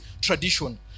tradition